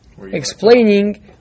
explaining